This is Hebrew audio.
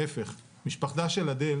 להפך, משפחתה של אדל